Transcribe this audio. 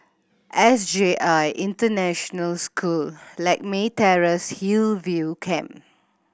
S J I International School Lakme Terrace Hillview Camp